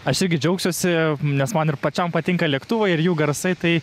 aš irgi džiaugsiuosi nes man ir pačiam patinka lėktuvai ir jų garsai tai